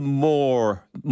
more